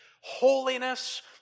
holiness